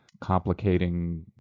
complicating